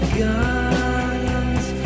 guns